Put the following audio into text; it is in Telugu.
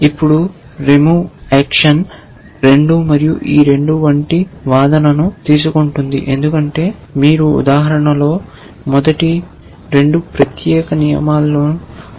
ఇప్పుడు రిమూవ ఏక్షన్ 2 మరియు ఈ 2 వంటి వాదనను తీసుకుంటుంది ఎందుకంటే మీరు ఉదాహరణలో మొదటి 2 ప్రత్యేక నియమంలోని రెండవ నమూనా చూస్తారు